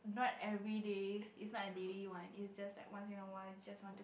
not everyday is is not a daily one is just like once in awhile you just want to